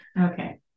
Okay